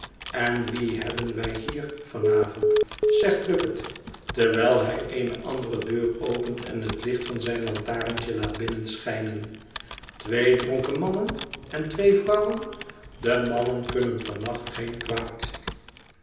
en wie hebben wij hier van avond zegt bucket terwijl hij eene andere deur opent en het licht van zijn lantaarntje laat binnenschijnen twee dronken mannen en twee vrouwen de mannen kunnen van nacht geen kwaad